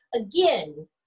again